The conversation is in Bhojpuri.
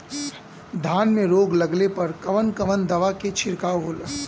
धान में रोग लगले पर कवन कवन दवा के छिड़काव होला?